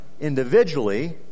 individually